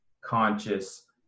conscious